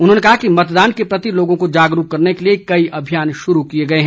उन्होंने कहा कि मतदान के प्रति लोगों को जागरूक करने के लिए कई अभियान शुरू किए गए हैं